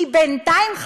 כי בינתיים,